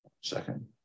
Second